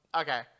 Okay